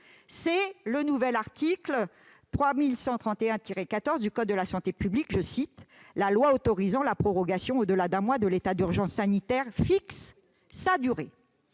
effet, le nouvel article L. 3131-14 du code de la santé publique dispose :« La loi autorisant la prorogation au-delà d'un mois de l'état d'urgence sanitaire fixe sa durée.